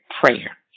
prayer